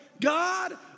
God